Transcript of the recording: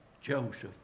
Joseph